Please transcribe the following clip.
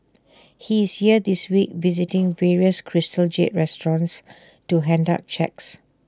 he is here this week visiting various crystal jade restaurants to hand out cheques